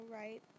right